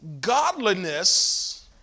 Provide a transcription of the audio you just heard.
godliness